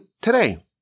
today